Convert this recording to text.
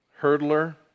hurdler